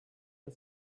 and